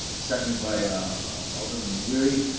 seconded by alderman and wery.